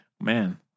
man